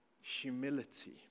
humility